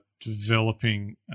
developing